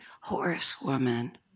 horsewoman